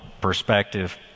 perspective